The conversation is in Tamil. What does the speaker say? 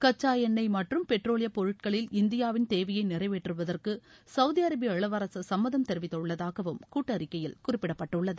கச்சா எண்ணெய் மற்றும் பெட்ரோலியப் பொருட்களில் இந்தியாவின் தேவையை நிறைவேற்றுவதற்கு சவுதி அரேபிய இளவரசர் சம்மதம் தெரிவித்துள்ளதாகவும் கூட்டறிக்கையில் குறிப்பிடப்பட்டுள்ளது